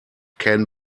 can